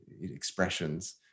expressions